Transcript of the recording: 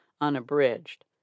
Unabridged